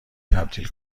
تبدیل